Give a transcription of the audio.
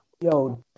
Yo